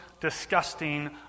disgusting